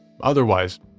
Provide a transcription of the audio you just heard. Otherwise